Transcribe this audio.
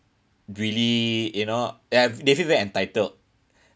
really you know ya they feel very entitled